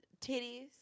titties